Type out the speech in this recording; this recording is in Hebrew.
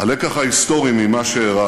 הלקח ההיסטורי ממה שאירע